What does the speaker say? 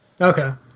Okay